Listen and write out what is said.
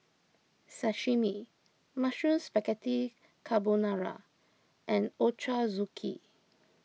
Sashimi Mushroom Spaghetti Carbonara and Ochazuke